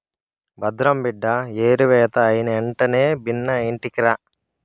భద్రం బిడ్డా ఏరివేత అయినెంటనే బిన్నా ఇంటికిరా